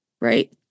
right